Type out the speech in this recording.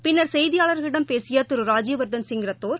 பின்னர் செய்தியாளர்களிடம் பேசிய திரு ராஜய்வர்த்தன் சிங் ரத்தோர்